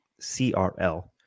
crl